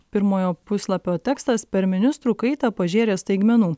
pirmojo puslapio tekstas per ministrų kaitą pažėrė staigmenų